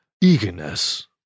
Eagerness